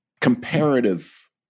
comparative